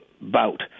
bout